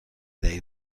دهی